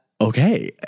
okay